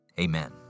Amen